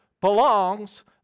belongs